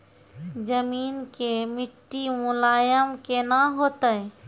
जमीन के मिट्टी मुलायम केना होतै?